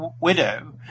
widow